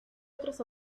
otras